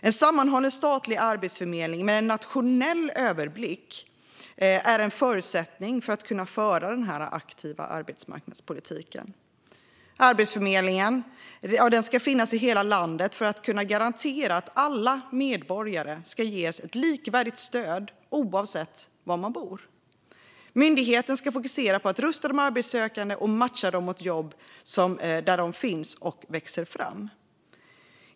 En sammanhållen statlig arbetsförmedling med nationell överblick är en förutsättning för att kunna föra en sådan aktiv arbetsmarknadspolitik. Arbetsförmedlingen ska finnas i hela landet för att garantera att alla medborgare ges ett likvärdigt stöd oavsett var de bor. Myndigheten ska fokusera på att rusta de arbetssökande och matcha dem mot de jobb som finns och växer fram.